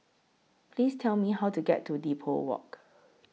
Please Tell Me How to get to Depot Walk